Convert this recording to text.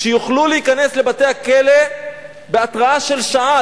שיוכלו להיכנס לבתי-הכלא בהתראה של שעה,